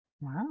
Wow